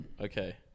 Okay